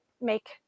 make